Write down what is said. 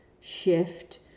shift